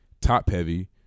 top-heavy